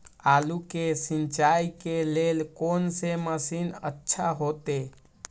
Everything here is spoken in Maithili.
आलू के सिंचाई के लेल कोन से मशीन अच्छा होते?